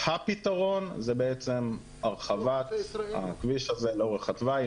הפתרון זה בעצם הרחבת הכביש הזה לאורך התוואי,